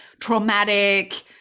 traumatic